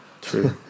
True